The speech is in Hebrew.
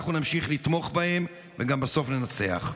אנחנו נמשיך לתמוך בהם, ובסוף גם ננצח.